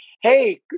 Hey